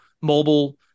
mobile